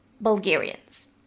Bulgarians